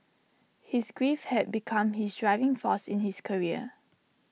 his grief had become his driving force in his career